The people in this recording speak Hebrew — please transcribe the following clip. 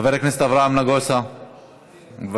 חבר הכנסת אברהם נגוסה מוותר,